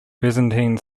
byzantine